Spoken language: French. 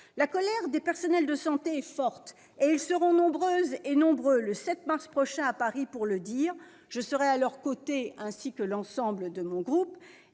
La colère des personnels de santé est forte, et ils seront nombreux le 7 mars prochain à Paris pour le dire. Je serai à leurs côtés, ainsi que l'ensemble de mon groupe,